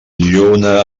lluna